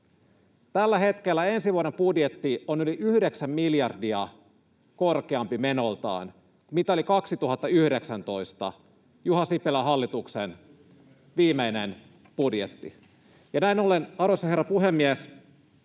Tällä hetkellä ensi vuoden budjetti on yli 9 miljardia korkeampi menoiltaan kuin oli 2019 Juha Sipilän hallituksen viimeinen budjetti. Näin ollen, arvoisa herra puhemies,